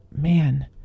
man